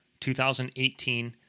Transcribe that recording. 2018